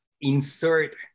insert